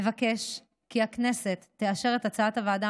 אבקש כי הכנסת תאשר את הצעת הוועדה